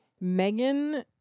Megan